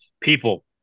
people